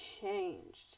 changed